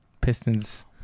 Pistons